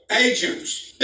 agents